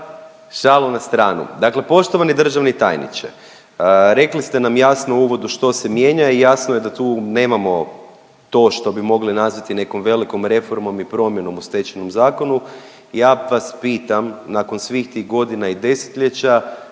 Šalu na stranu, dakle poštovani državni tajniče rekli ste nam jasno u uvodu što se mijenja i jasno je da tu nemamo to što bi mogli nazvati nekom velikom reformom i promjenom u Stečajnom zakonu. Ja vas pitam nakon svih tih godina i desetljeća